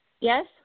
Yes